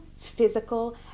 physical